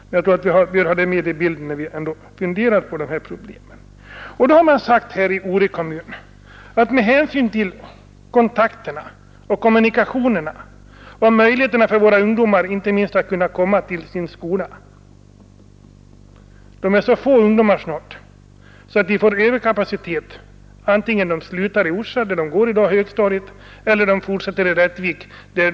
Men vi bör ha dem med i bilden när vi bedömer de här problemen. I Ore kommun har man tagit hänsyn till kontakterna och kommunikationerna och möjligheterna för ungdomarna när det gäller att komma till högstadieskolan. Med hänsyn till det sjunkande elevantalet får vi överkapacitet på skolsidan antingen man går i Orsa, där eleverna i dag går på högstadiet, eller de fortsätter i Rättvik.